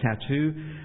tattoo